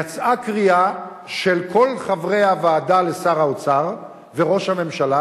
יצאה קריאה של כל חברי הוועדה לשר האוצר וראש הממשלה